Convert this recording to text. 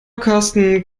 carsten